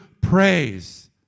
praise